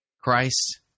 Christ